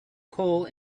coal